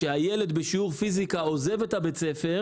הילד בשיעור פיזיקה עוזב את בית הספר